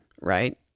right